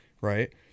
Right